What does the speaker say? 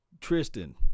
Tristan